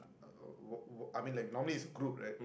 uh what what I mean like normally it's group right